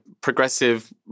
progressive